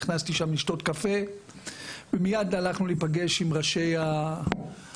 נכנסתי שם לשתות קפה ומיד הלכנו להיפגש עם ראשי המקום.